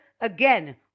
again